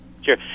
Sure